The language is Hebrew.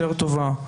יותר טובה,